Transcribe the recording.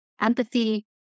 empathy